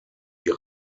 die